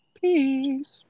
Peace